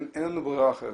אין לנו ברירה אחרת,